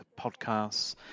podcasts